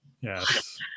Yes